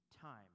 time